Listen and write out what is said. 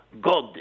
God